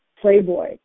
playboy